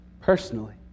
personally